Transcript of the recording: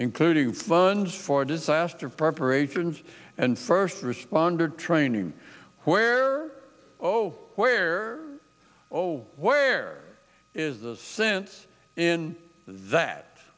including funds for disaster preparations and first responder training where oh where oh where is the sense in that